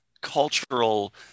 cultural